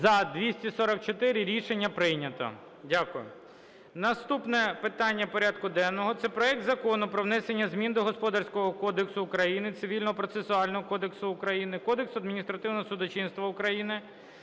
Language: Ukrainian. За-244 Рішення прийнято. Дякую. Наступне питання порядку денного – це проект Закону про внесення змін до Господарського кодексу України, Цивільного процесуального кодексу України, Кодексу адміністративного судочинства України